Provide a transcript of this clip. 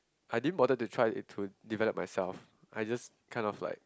I didn't bother to try to develop myself I just kind of like